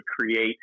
create